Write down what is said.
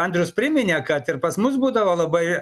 andrius priminė kad ir pas mus būdavo labai